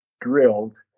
drilled